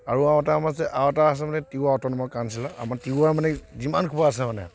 আৰু এটা আমাৰ এটা আছে আৰু এটা আছে মানে তিৱা অট'নমাছ কাউন্সিলৰ আমাৰ তিৱা মানে যিমান সোপা আছে মানে